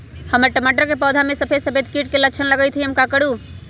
हमर टमाटर के पौधा में सफेद सफेद कीट के लक्षण लगई थई हम का करू?